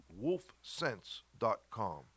wolfsense.com